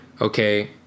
okay